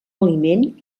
aliment